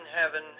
heaven